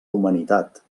humanitat